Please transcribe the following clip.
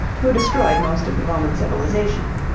who destroyed most of the roman civilization.